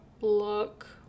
look